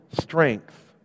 strength